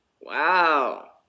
Wow